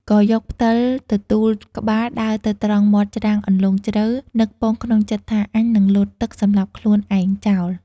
ក៏យកផ្ដិលទទួលក្បាលដើរទៅត្រង់មាត់ច្រាំងអន្លង់ជ្រៅនឹកប៉ងក្នុងចិត្ដថា “អញនឹងលោតទឹក សំលាប់ខ្លួនឯងចោល។